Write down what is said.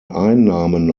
einnahmen